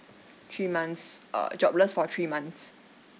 three months err jobless for three months